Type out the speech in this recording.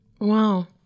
Wow